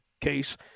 case